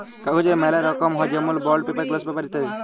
কাগজের ম্যালা রকম হ্যয় যেমল বন্ড পেপার, গ্লস পেপার ইত্যাদি